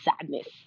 sadness